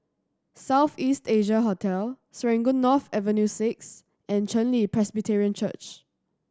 South East Asia Hotel Serangoon North Avenue Six and Chen Li Presbyterian Church